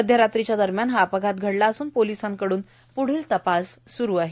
मध्यरात्रीच्या दरम्यान हा अपघात घडला असून पोलिसांकडून पुढील तपास सुरु आहे